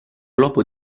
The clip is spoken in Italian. globo